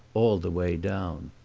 all the way down.